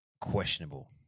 questionable